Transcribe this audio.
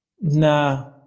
nah